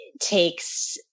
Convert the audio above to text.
takes